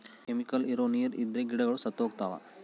chemical ಇರೋ ನೀರ್ ಇದ್ರೆ ಗಿಡಗಳು ಸತ್ತೋಗ್ತವ